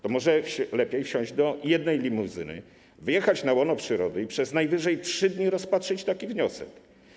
To może lepiej wsiąść do jednej limuzyny, wyjechać na łono przyrody i przez najwyżej 3 dni rozpatrzyć taki wniosek?